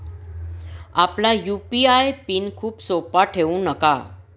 आपला UPI PIN खूप सोपा ठेवू नका